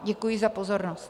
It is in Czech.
Děkuji za pozornost.